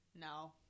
No